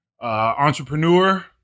Entrepreneur